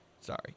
Sorry